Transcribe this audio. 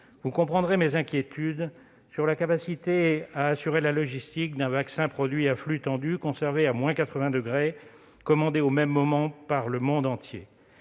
vous comprendrez mes inquiétudes sur sa capacité à assurer la logistique d'un vaccin produit à flux tendu, conservé à-80 degrés Celsius et commandé au même moment par le monde entier.